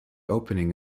opening